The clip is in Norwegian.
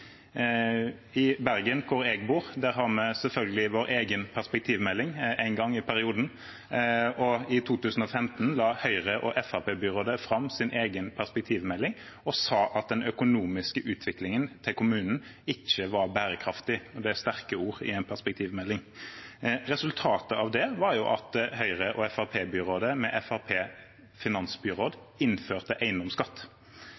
I Bergen, hvor jeg bor, har vi selvfølgelig vår egen perspektivmelding en gang i perioden, og i 2015 la Høyre- og Fremskrittsparti-byrådet fram sin egen perspektivmelding og sa at den økonomiske utviklingen til kommunen ikke var bærekraftig. Det er sterke ord i en perspektivmelding. Resultatet av det var at Høyre- og Fremskrittsparti-byrådet, med